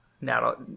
Now